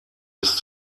bis